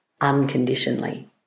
unconditionally